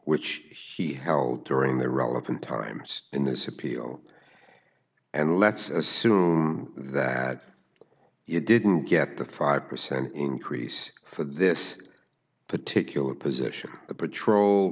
which he held during the relevant times in this appeal and let's assume that you didn't get the five percent increase for this particular position the patrol